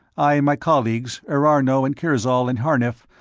i and my colleagues, erarno and kirzol and harnif,